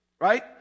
right